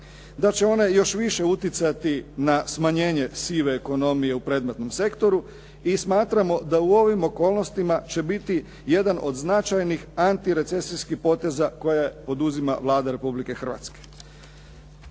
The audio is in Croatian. da će one još više utjecati na smanjenje sive ekonomije u predmetnom sektoru i smatramo da u ovim okolnostima će biti jedan od značajnih antirecesijskih poteza koje poduzima Vlada Republike Hrvatske.